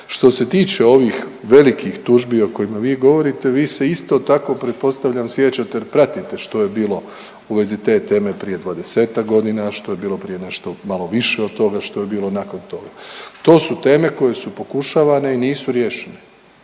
Što se tiče ovih velikih tužbi o kojima vi govorite vi se isto tako pretpostavljam sjećate jer pratite što je bilo u vezi te teme prije 20-tak godina, a što je bilo prije nešto malo više od toga, a što je bilo nakon toga. To su teme koje su pokušavane i nisu riješene